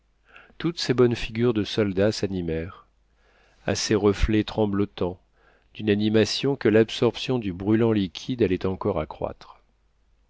toutes ces bonnes figures de soldats s'animèrent à ses reflets tremblotants d'une animation que l'absorption du brûlant liquide allait encore accroître